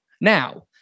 now